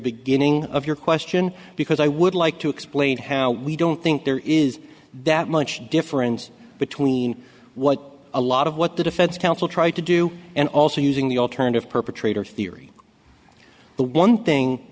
beginning of your question because i would like to explain how we don't think there is that much difference between what a lot of what the defense counsel tried to do and also using the alternative perpetrator theory the one thing